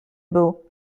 był